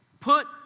Put